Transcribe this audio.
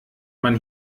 man